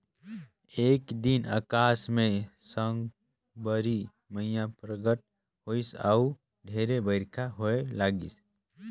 एक दिन अकास मे साकंबरी मईया परगट होईस अउ ढेरे बईरखा होए लगिस